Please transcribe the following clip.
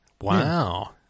Wow